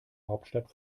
hauptstadt